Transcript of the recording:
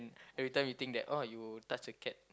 every time you think that oh you touch a cat